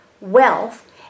wealth